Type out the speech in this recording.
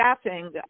staffing